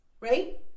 right